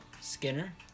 skinner